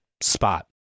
spot